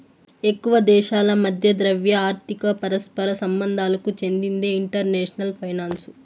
ఎక్కువ దేశాల మధ్య ద్రవ్య, ఆర్థిక పరస్పర సంబంధాలకు చెందిందే ఇంటర్నేషనల్ ఫైనాన్సు